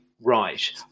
right